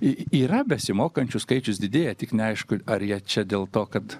yra besimokančių skaičius didėja tik neaišku ar jie čia dėl to kad